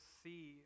see